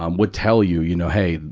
um would tell you, you know, hey,